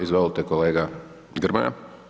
Izvolite kolega Grmoja.